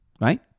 right